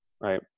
Right